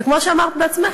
וכמו שאמרת בעצמך,